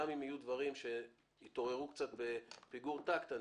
גם אם יהיו דברים שהתעוררו קצת בפיגור טקט,